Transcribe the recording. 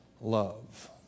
love